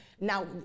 Now